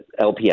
LPS